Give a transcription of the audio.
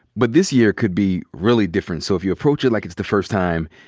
but this year could be really different. so if you approach it like it's the first time,